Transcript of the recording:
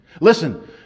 Listen